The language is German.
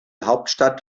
hauptstadt